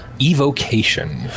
evocation